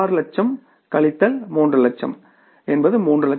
6 கழித்தல் 3 லச்சம் என்பது 3 லட்சம்